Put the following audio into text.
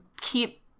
keep